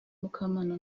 mukamana